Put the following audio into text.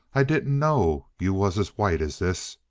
i didn't know you was as white as this.